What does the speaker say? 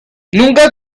nunca